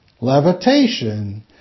levitation